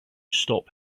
stop